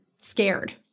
scared